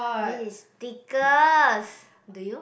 that is stickers do you